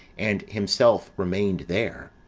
and himself remained there.